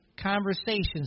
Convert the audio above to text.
conversations